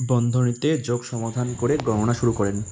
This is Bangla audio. বন্ধনীতে যোগ সমাধান করে গণনা শুরু করেন